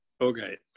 Okay